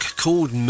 called